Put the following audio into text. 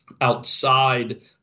outside